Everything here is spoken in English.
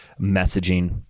messaging